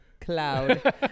cloud